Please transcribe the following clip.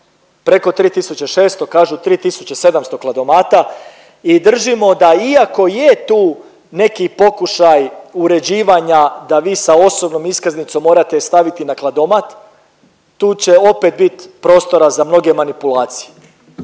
kažu 3 tisuće 700 kladomata i držimo da iako je tu neki pokušaj uređivanja da vi sa osobnom iskaznicom morate staviti na kladomat tu će opet bit prostora za mnoge manipulacije.